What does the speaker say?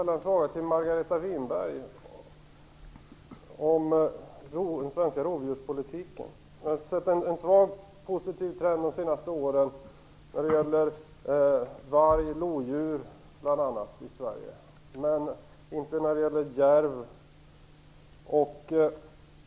Herr talman! Jag skulle vilja ställa en fråga till Jag har sett en svag positiv trend de senaste åren när det gäller bl.a. varg och lodjur i Sverige men inte när det gäller järv.